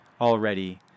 already